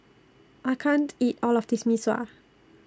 I can't eat All of This Mee Sua